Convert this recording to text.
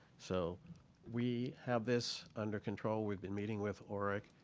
so we have this under control. we've been meeting with orrick.